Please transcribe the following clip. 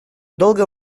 долго